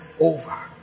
over